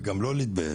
וגם לא להתבייש,